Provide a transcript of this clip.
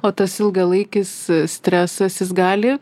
o tas ilgalaikis stresas jis gali